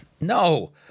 No